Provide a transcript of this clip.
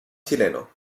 chileno